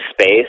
space